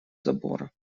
забора